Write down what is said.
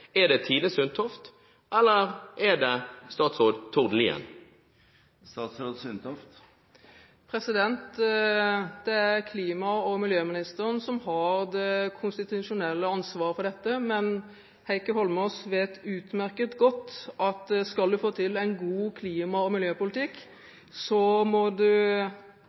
Er det Tine Sundtoft, eller er det statsråd Tord Lien? Det er klima- og miljøministeren som har det konstitusjonelle ansvaret for dette, men Heikki Eidsvoll Holmås vet utmerket godt at skal du få til en god klima- og miljøpolitikk, må du